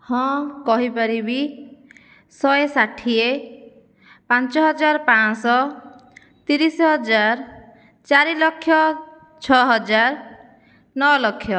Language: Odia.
ହଁ କହିପାରିବି ଶହେ ଷାଠିଏ ପାଞ୍ଚହଜାର ପାଞ୍ଚଶହ ତିରିଶ ହଜାର ଚାରି ଲକ୍ଷ ଛଅ ହଜାର ନଅ ଲକ୍ଷ